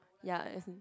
ya as in